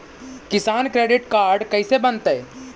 किसान credit card कैसे बनतै?